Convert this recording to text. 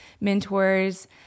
mentors